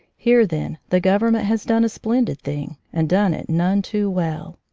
here, then, the government has done a splendid thing and done it none too well.